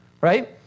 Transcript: right